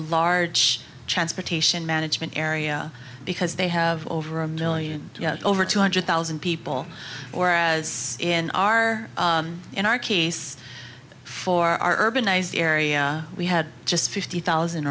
large transportation management area because they have over a million over two hundred thousand people or as in our in our case for our urbanized area we had just fifty thousand